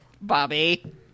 Bobby